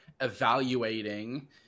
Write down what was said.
evaluating